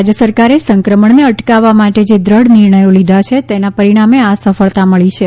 રાજ્ય સરકારે સંક્રમણને અટકાવવા માટે જે દ્રઢ નિર્ણયો લીધા છે તેના પરિણામે આ સફળતા મળી છે